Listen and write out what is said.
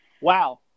Wow